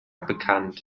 bekannt